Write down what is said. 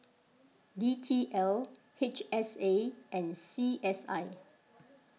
D T L H S A and C S I